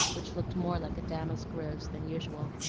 which looked more like a damask rose than usual.